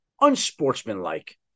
unsportsmanlike